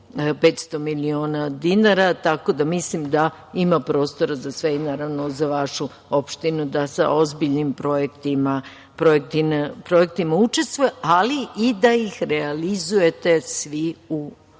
349,500 miliona dinara. Tako da, mislim da ima prostora za sve i, naravno, za vašu opštinu da sa ozbiljnim projektima učestvuje, ali i da ih realizujete svi u godini